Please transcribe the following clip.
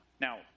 Now